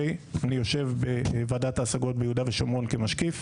אני יושב בוועדת ההשגות ביהודה ושומרון כמשקיף.